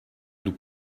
nous